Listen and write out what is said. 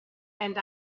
and